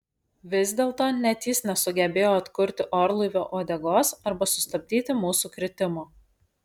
vis dėlto net jis nesugebėjo atkurti orlaivio uodegos arba sustabdyti mūsų kritimo